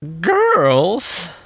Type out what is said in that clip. Girls